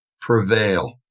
prevail